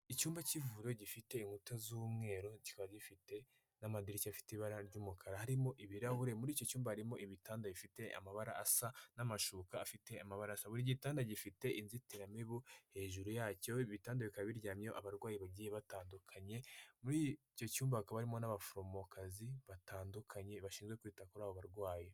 Icyumba cy'ivuriro gifite inkuta z'umweru kiba gifite n'amadirishyafite ibara ry'umukara harimo ibirahuri muri iki cyumba harimo ibitanda bifite amabara asa n'amashuka afite amabara, buri gitanda gifite inzitiramibu hejuru yacyo ibitanda bikaba biryamye iyo abarwayi bagiye batandukanye muri icyo cyumba akaba barimo n'abaforomokazi batandukanye bashinzwe kwita kuri abo barwayi.